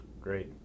great